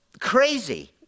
crazy